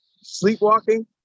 sleepwalking